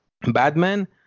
Batman